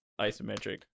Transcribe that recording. isometric